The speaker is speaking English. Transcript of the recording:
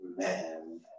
Amen